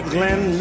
Glenn